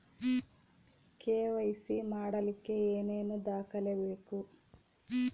KYC ಮಾಡಲಿಕ್ಕೆ ಏನೇನು ದಾಖಲೆಬೇಕು?